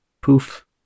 Poof